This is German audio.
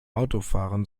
autofahren